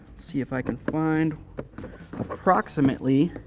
see if i can find approximately,